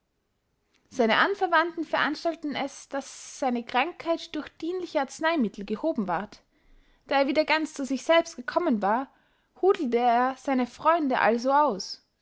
seine anverwandten veranstalteten es daß seine krankheit durch dienliche arzeneymittel gehoben ward da er wieder ganz zu sich selbst gekommen war hudelte er seine freunde also aus